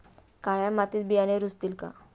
काळ्या मातीत बियाणे रुजतील का?